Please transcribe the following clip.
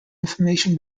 information